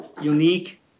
unique